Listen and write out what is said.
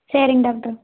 சரிங்க டாக்ட்ரு